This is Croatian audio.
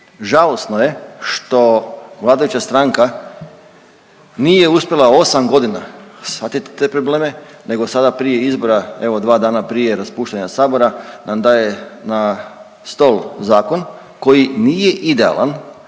Žalosno je što vladajuća stranka nije uspjela osam godina svatit te probleme nego sada prije izbora evo dva dana prije raspuštanja Sabora nam daje na stol zakon koji nije idealan,